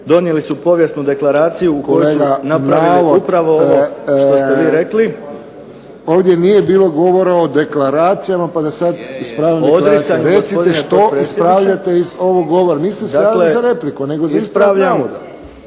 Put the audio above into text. donijeli su povijesnu deklaraciju u kojoj su napravili upravo ovo što ste vi rekli. **Friščić, Josip (HSS)** Ovdje nije bilo govora o deklaracijama pa da sada ispravljamo. Recite što ispravljate iz ovog govora. Niste se javili za repliku nego za ispravak navoda.